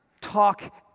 talk